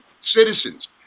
citizens